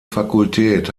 fakultät